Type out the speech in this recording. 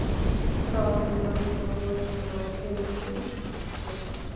ଓ ପତ୍ର ଧନିଆ ପତ୍ର ମାନେ ଆଉ କାଁ କାଣା ଟିକେ ମିଶାଲେ ହେଇପାରେ